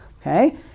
okay